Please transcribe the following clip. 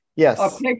Yes